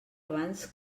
abans